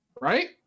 Right